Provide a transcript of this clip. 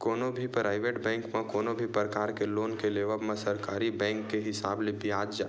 कोनो भी private bank म कोनो भी परकार के लोन के लेवब म सरकारी बेंक के हिसाब ले बियाज